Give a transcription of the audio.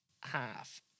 Half